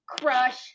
crush-